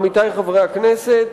עמיתי חברי הכנסת,